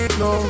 no